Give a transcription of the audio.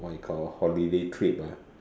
like a holiday trip ah